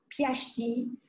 PhD